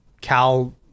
Cal